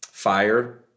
fire